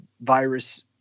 virus